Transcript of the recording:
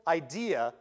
idea